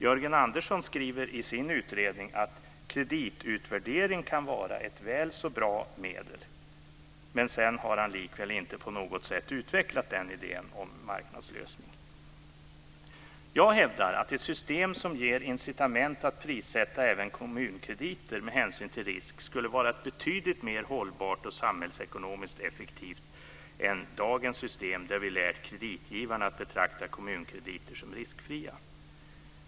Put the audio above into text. Jörgen Andersson skriver i sin utredning att kreditvärdering kan vara ett väl så bra medel. Sedan har han likväl inte på något sätt utvecklat idén om en marknadslösning. Jag hävdar att det system som ger incitament att prissätta även kommunkrediter med hänsyn till risk skulle vara betydligt mer hållbart och samhällsekonomiskt effektivt än dagens system där vi lär kreditgivarna att betrakta kommunkrediter som riskfria.